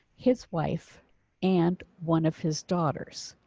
his wife and one of his daughters.